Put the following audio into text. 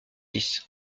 six